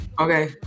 Okay